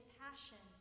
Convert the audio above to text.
passion